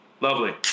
lovely